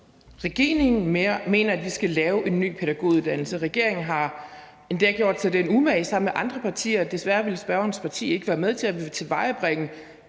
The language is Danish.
Regeringen mener, at vi skal lave en ny pædagoguddannelse. Regeringen har endda gjort sig den umage sammen med andre partier – desværre ville spørgerens parti ikke være med til det – at tilvejebringe